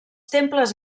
temples